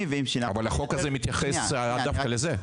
--- אבל החוק הזה מתייחס לאו דווקא לזה.